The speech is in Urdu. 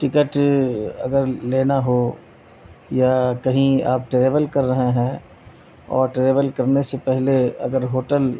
ٹکٹ اگر لینا ہو یا کہیں آپ ٹریول کر رہے ہیں اور ٹریول کرنے سے پہلے اگر ہوٹل